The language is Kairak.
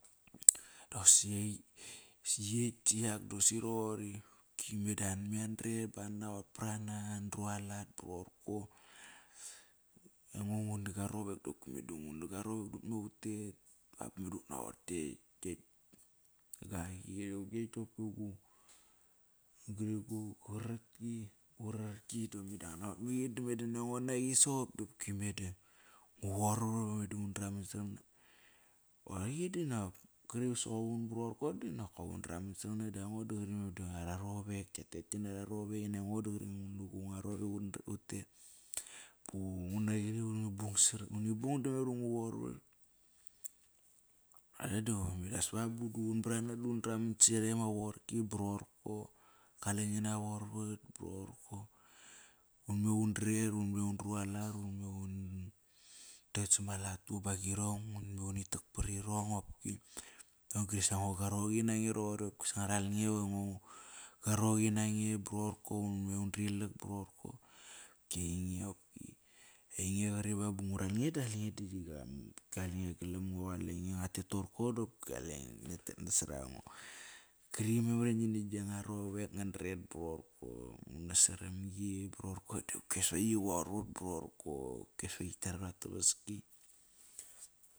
yak doqosi roqori. Kime da an me andret ba anan naqot prana andruat ba rorko. Aingo naguna gua nivek dqopki meda nguna gua rovek da utme utet bap bangada utnaqot ktekt. Meda nguat naqot maqi dame da naniango naqi soqop dime da ngu varvat. Qi dinak meda soqovun doqorko dinokop undroman savam na da aingo da qori ama rovek. Kia tet kinara rovek. Uni bung da memar iva ngu vorvat. Ba bu dqun brana dundraman sa yaretk ama vorki ba rorko. Kale ngina vorvat ba rorko unme undret unme undualat, un me udet sapma latu bagirong. Un me unitak parirong qopki. Ron-gri qopsa ngo qoroqi nange roqori qopkisa ngua ral nge va goroqi nange ba rorko. Unme undrilak brorko ainge qari ba ngu ral nge das nge kalange galam ngo, qalenge nguat tet toqorko dopki qalenge. Ngia tet naso rango. Kri memar iva ngina gia nga rovek ngon dret ba rorko. Ngunas saramgi ba rorko dopkias va qi vavat ba rorko, va qiktiar va tavaski.